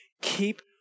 Keep